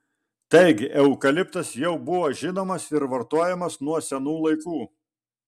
taigi eukaliptas jau buvo žinomas ir vartojamas nuo senų laikų